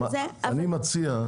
אני מציע,